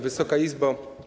Wysoka Izbo!